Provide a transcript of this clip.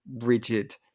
rigid